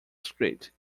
street